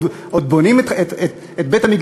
ועוד בונים את בית-המקדש,